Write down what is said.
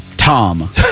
Tom